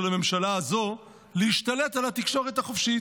הממשלה הזאת להשתלט על התקשורת החופשית.